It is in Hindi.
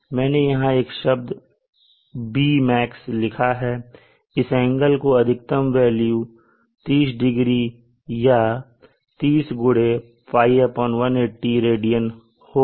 मैंने यहां एक शब्द Bmax लिखा है इस एंगल की अधिकतम वेल्यू 30 डिग्री या 30 x Π180 रेडियन होगी